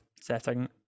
setting